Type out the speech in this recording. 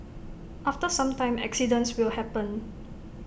after some time accidents will happen